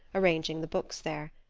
arranging the books there.